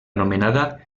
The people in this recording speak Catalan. anomenada